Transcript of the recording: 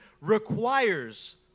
requires